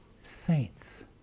saints